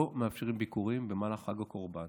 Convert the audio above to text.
לא מאפשרים ביקורים במהלך חג הקורבן.